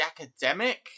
academic